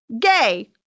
gay